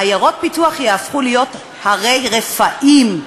עיירות הפיתוח יהפכו להיות ערי רפאים.